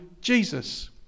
Jesus